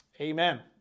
Amen